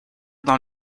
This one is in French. dans